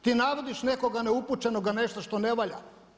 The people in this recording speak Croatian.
Ti navodiš nekoga neupućenog na nešto što ne valja.